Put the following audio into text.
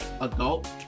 adult